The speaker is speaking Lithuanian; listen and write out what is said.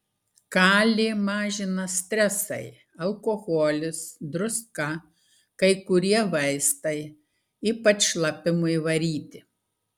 kalį mažina stresai alkoholis druska kai kurie vaistai ypač šlapimui varyti